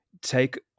take